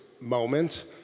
moment